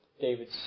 David